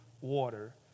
water